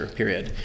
period